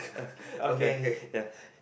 okay okay ya